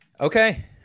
Okay